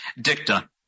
dicta